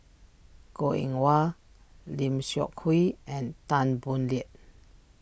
Goh Eng Wah Lim Seok Hui and Tan Boo Liat